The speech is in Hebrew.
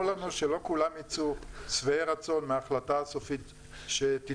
לנו שלא כולם יצאו שבעי רצון מההחלטה הסופית שתתקבל,